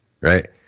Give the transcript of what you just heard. right